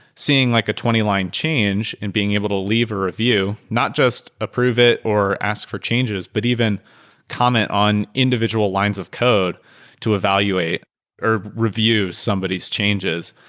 seeing like a twenty line change and being able to leave a review. not just approve it or ask for changes, but even comment on individual lines of code to evaluate or review somebody's changes.